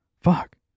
fuck